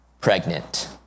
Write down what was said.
pregnant